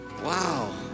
Wow